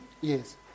Yes